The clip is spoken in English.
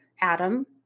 Adam